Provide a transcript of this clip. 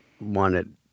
wanted—